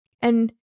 And-